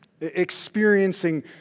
experiencing